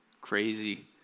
Crazy